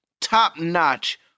top-notch